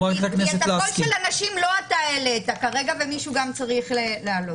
כי את הקול של הנשים לא אתה העלית כרגע ומישהו גם צריך להעלות,